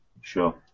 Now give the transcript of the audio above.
Sure